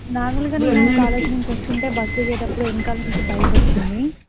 నార్మల్గా నేను కాలేజ్ నుంచి వస్తుంటే బస్ దిగేటప్పుడు వెనకాల నుంచి బైక్ వచ్చింది